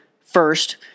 first